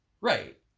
right